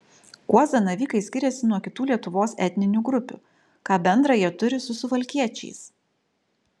kuo zanavykai skiriasi nuo kitų lietuvos etninių grupių ką bendra jie turi su suvalkiečiais